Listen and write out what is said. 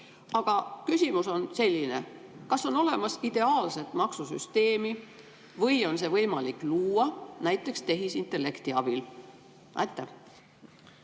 Aga küsimus on selline. Kas on olemas ideaalset maksusüsteemi või on see võimalik luua näiteks tehisintellekti abil? Jah,